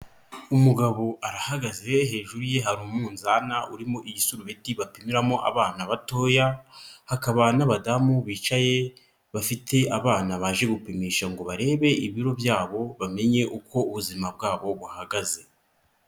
Umugabo arahagaze hejuru ye hari umunzana urimo igisurubeti bapimiramo abana batoya, hakaba n'abadamu bicaye bafite abana baje gupimisha ngo barebe ibiro bya bo bamenye uko ubuzima bwa bo buhagaze.